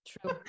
True